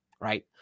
right